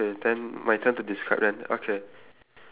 ya okay I I think it counts as one lah ha